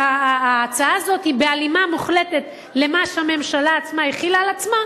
שההצעה הזאת היא בהלימה מוחלטת למה שהממשלה עצמה החילה על עצמה.